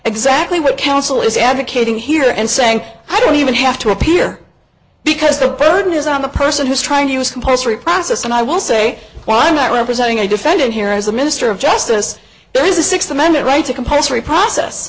exactly what counsel is advocating here and saying i don't even have to appear because the burden is on the person who's trying to use compulsory process and i will say why not representing a defendant here as a minister of justice there is a sixth amendment right to compulsory process